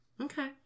Okay